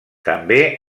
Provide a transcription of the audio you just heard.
també